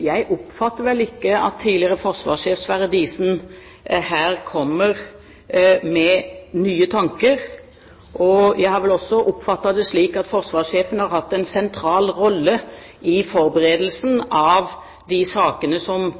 Jeg oppfatter vel ikke at tidligere forsvarssjef Sverre Diesen her kommer med nye tanker. Jeg har vel også oppfattet det slik at forsvarssjefen har hatt en sentral rolle i forberedelsen av de sakene som